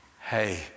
hey